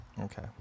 Okay